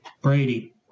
Brady